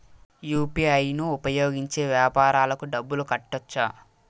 UPI ను ఉపయోగించి వ్యాపారాలకు డబ్బులు కట్టొచ్చా?